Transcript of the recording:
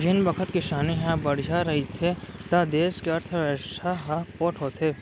जेन बखत किसानी ह बड़िहा रहिथे त देस के अर्थबेवस्था ह पोठ होथे